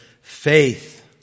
faith